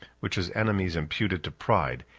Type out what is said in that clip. which his enemies imputed to pride,